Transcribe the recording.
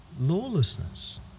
Lawlessness